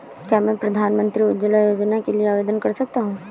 क्या मैं प्रधानमंत्री उज्ज्वला योजना के लिए आवेदन कर सकता हूँ?